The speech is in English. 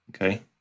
okay